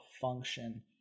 function